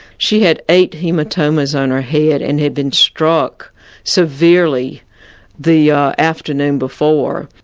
she had eight haematomas on her head, and had been struck severely the afternoon before.